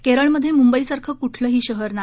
केरळमध्ये मुंबईसारखं कुठलंही शहर नाही